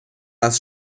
das